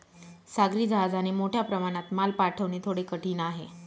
सागरी जहाजाने मोठ्या प्रमाणात माल पाठवणे थोडे कठीण आहे